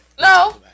No